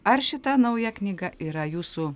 ar šita nauja knyga yra jūsų